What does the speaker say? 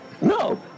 no